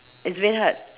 it's very hard